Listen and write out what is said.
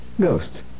ghosts